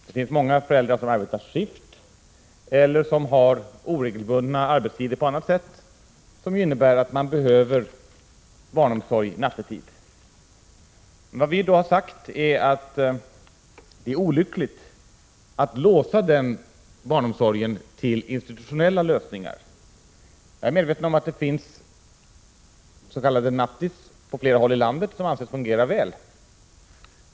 Det finns många föräldrar som arbetar i skift eller som har oregelbundna arbetstider på annat sätt som innebär att de behöver barnomsorg nattetid. Vi har sagt att det är olyckligt att låsa denna Prot. 1986/87:135 barnomsorg till institutionella lösningar. Jag är medveten om att det på flera håll i landet finns s.k. nattis, som anses fungera väl.